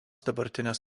dabartinės